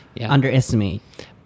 Underestimate